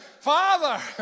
Father